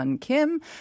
Kim